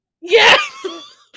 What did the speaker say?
Yes